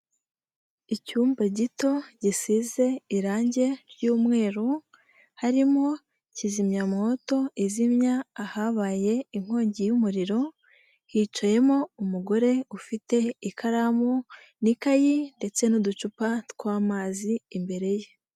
Icyumba gito gisize irangi ry'umweru, harimo kizimyamwoto izimya ahabaye inkongi y'umuriro, hicayemo umugore ufite ikaramu n'ikayi ndetse n'uducupa tw'amazi imbere ye.